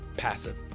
passive